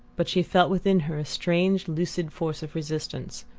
but she felt within her a strange lucid force of resistance.